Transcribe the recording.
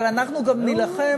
אבל אנחנו גם נילחם,